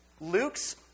Luke's